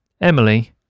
Emily